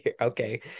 Okay